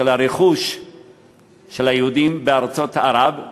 על הרכוש של היהודים בארצות ערב,